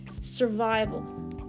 survival